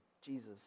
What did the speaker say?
Jesus